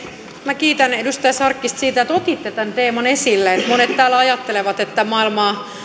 minä kiitän edustaja sarkkista siitä että otitte tämän teeman esille monet täällä ajattelevat että maailmaa